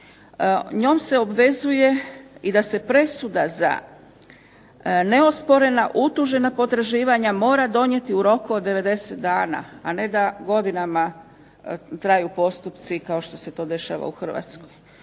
Njom se obvezuje da se presuda za neosporena utužena potraživanja mora donijeti u roku od 90 dana, a ne da godinama traju postupci kao što se to dešava u Hrvatskoj.